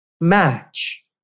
match